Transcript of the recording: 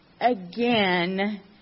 again